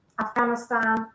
Afghanistan